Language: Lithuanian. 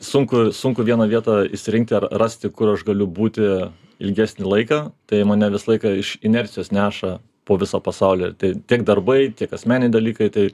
sunku sunku vieną vietą išsirinkti ar rasti kur aš galiu būti ilgesnį laiką tai mane visą laiką iš inercijos neša po visą pasaulį tiek darbai tiek asmeniniai dalykai tai